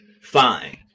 Fine